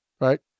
Right